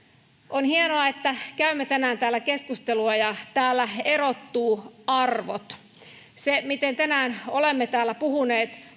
on hienoa että käymme tänään täällä keskustelua täällä erottuvat arvot siitä miten tänään olemme täällä puhuneet